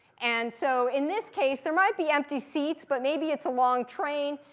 and, so, in this case, there might be empty seats. but maybe it's a long train.